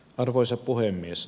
arvoisa puhemies